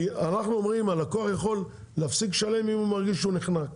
כי אנחנו אומרים הלקוח יכול להפסיק לשלם אם הוא מרגיש שהוא נחנק.